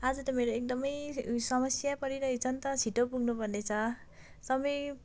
आज त मेरो एकदमै समस्या परिरहेक छ नि त छिटो पुग्नुपर्ने छ समय